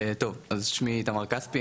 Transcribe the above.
שמי איתמר כספי,